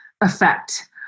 effect